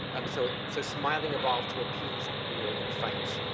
um so, so smiling evolved to appease you know, in fights.